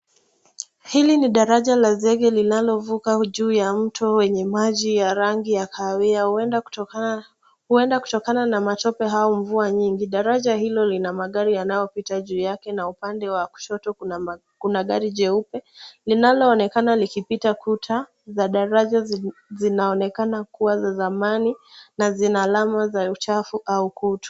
Hili ni daraja la zege linalovuka juu ya mto wenye maji ya rangi ya kahawia, huenda kutokana na matope au mvua nyingi. Daraja hilo lina magari yanayopita juu yake na upande wa kushoto kuna gari jeupe linaloonekana likipita. Kuta za daraja zinaonekana kuwa za zamani na zina alama za uchafu au kutu.